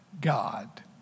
God